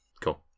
Cool